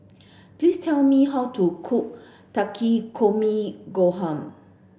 please tell me how to cook Takikomi Gohan